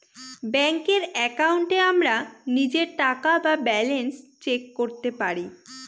ব্যাঙ্কের একাউন্টে আমরা নিজের টাকা বা ব্যালান্স চেক করতে পারি